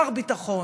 מר ביטחון.